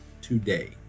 today